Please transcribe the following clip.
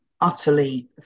utterly